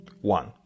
one